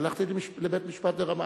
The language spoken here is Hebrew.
הלכתי לבית-משפט ברמאללה.